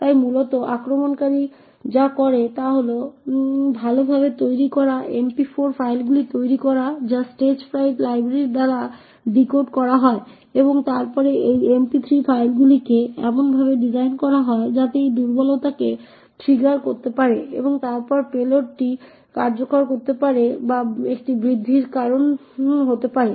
তাই মূলত আক্রমণকারী যা করে তা হল সে ভালভাবে তৈরি করা MP4 ফাইলগুলি তৈরি করে যা স্টেজফ্রাইট লাইব্রেরি দ্বারা ডিকোড করা হয় এবং তারপরে এই MP4 ফাইলগুলিকে এমনভাবে ডিজাইন করা হয় যাতে এটি দুর্বলতাকে ট্রিগার করতে পারে এবং তারপরে পেলোডটি কার্যকর করতে পারে বা এটি বৃদ্ধির কারণ হতে পারে